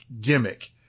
gimmick